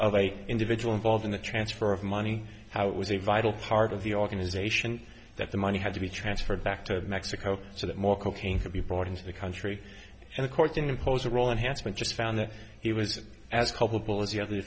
of a individual involved in the transfer of money how it was a vital part of the organization that the money had to be transferred back to mexico so that more cocaine could be brought into the country and the court can impose a role and has been just found that he was as culpable as the other